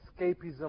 escapism